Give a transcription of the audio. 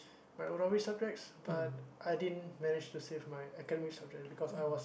my Arabic subjects but I didn't manage to save my academic subject because I was